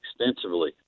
extensively